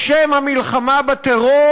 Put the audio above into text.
בשם המלחמה בטרור,